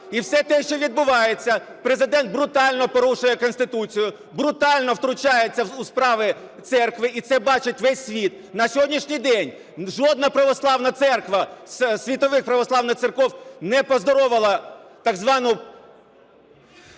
і все те, що відбувається… Президент брутально порушує Конституцію, брутально втручається у справи церкви, і це бачить весь світ. На сьогоднішній день жодна православні церква з світових православних церков не поздоровила так звану